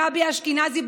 גבי אשכנזי,